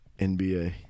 NBA